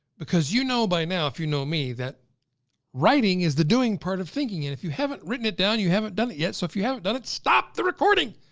because you know, by now, if you know me that writing is the doing part of thinking and if you haven't written it down, you haven't done it yet. so if you haven't done it stop the recording,